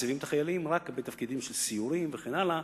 מציבים את החיילים רק בתפקידים של סיורים וכן הלאה,